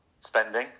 spending